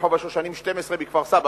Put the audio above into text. מרחוב השושנים 12 בכפר-סבא,